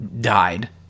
died